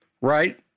right